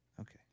Okay